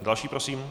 Další prosím.